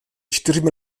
čtyřmi